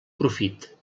profit